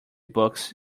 books